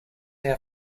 our